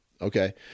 okay